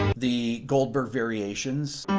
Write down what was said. the goldberg variations